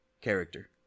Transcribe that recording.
character